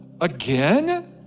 Again